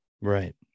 Right